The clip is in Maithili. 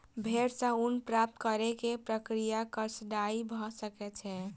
भेड़ सॅ ऊन प्राप्त करै के प्रक्रिया कष्टदायी भ सकै छै